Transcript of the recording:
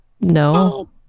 No